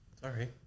Sorry